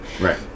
Right